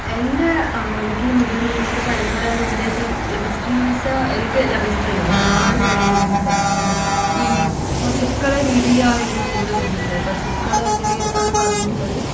എൻ്റെ വീട്ടിലെ മുതിർന്നവർക്ക് പരമ്പരാഗത ഉപദേശം ലഭിച്ചിട്ടുണ്ടോ എന്ന് ചോദിച്ചാൽ എനിക്ക് ലഭിച്ചിട്ടുണ്ട് ഒരുപാട് കാര്യങ്ങൾക്ക് ഒക്കെ ലഭിച്ചിട്ടുണ്ട് ഈ പശുക്കളെ രീതിയിലാണ് എനിക്ക് കൂടുതൽ കിട്ടിയിട്ടുള്ളത് പശുക്കളെ ഇതിൽ അവർ പറഞ്ഞിട്ടുള്ളത്